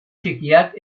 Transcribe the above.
txikiak